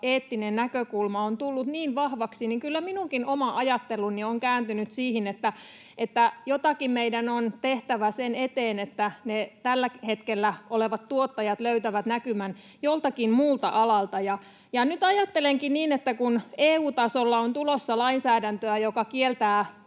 eettinen näkökulma on tullut niin vahvaksi, niin kyllä minunkin oma ajatteluni on kääntynyt siihen, että jotakin meidän on tehtävä sen eteen, että ne tällä hetkellä olevat tuottajat löytävät näkymän joltakin muulta alalta. Ja nyt ajattelenkin, että kun EU-tasolla on tulossa lainsäädäntöä, joka lisää